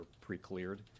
pre-cleared